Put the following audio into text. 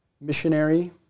missionary